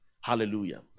Hallelujah